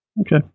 Okay